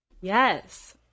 Yes